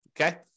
Okay